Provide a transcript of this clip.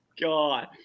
God